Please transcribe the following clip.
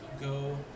go